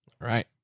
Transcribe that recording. Right